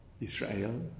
Israel